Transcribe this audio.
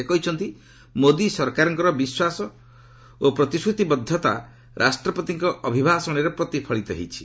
ସେ କହିଛନ୍ତି ମୋଦୀ ସରକାରଙ୍କର ବିଶ୍ୱାସ ଓ ପ୍ରତିଶ୍ରତିବଦ୍ଧତା ରାଷ୍ଟ୍ରପତିଙ୍କ ଅଭିଭାଷଣରେ ପ୍ରତିଫଳିତ ହୋଇଛି